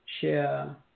share